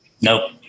Nope